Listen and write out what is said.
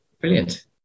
brilliant